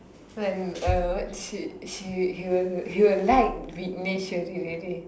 and uh she he he will like Vickneshwary already